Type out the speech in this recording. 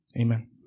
amen